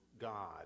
God